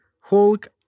Hulk